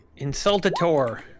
Insultator